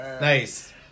Nice